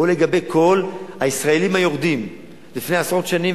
או לגבי כל הישראלים היורדים מלפני עשרות שנים,